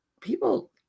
people